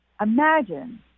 Imagine